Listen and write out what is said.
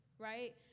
right